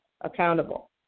accountable